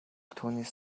түүнээс